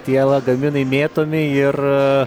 tie lagaminai mėtomi ir